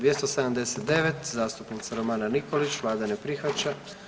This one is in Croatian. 279. zastupnica Romana Nikolić, vlada ne prihvaća.